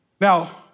Now